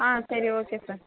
சரி okay sir